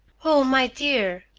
o my dear!